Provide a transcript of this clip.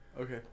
Okay